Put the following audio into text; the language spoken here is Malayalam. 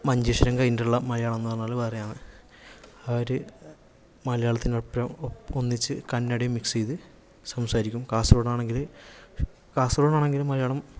മഞ്ചേശ്വരം കഴിഞ്ഞിട്ടുള്ള മലയാളമെന്നു പറഞ്ഞാൽ വേറെയാണ് അവർ മലയാളത്തിനു ഒപ്പരം ഒന്നിച്ചു കന്നഡയും മിക്സ് സംസാരിക്കും കാസര്ഗോഡ് ആണെങ്കിൽ കാസര്ഗോഡ് ആണെങ്കില് മലയാളം